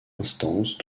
instance